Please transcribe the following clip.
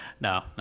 no